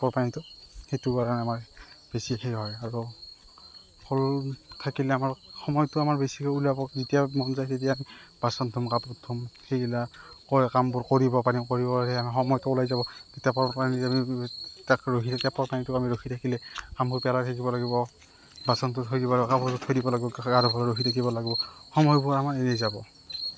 টেপৰ পানীটো সেইটো কাৰণে আমাৰ বেছি হেৰি হয় আৰু সৰু থাকিলে আমাৰ সময়টো আমাৰ বেছি ওলাব যেতিয়া মন যায় তেতিয়া আমি বাচন ধুম কাপোৰ ধুম কামবোৰ কৰিব পাৰিম কৰিব পাৰিলে আমাৰ সময়টো ওলাই যাব টেপৰ পানীটো আমি তাক ৰখি থাকিলে টেপৰ পানীটো আমি ৰখি থাকিলে কামবোৰ পেলাই ৰাখিব লাগিব বাচন ধুবলৈ ৰখি থাকিব লাগিব গা ধুব ৰখি থাকিব লাগিব সময়বোৰ আমাৰ এনেই যাব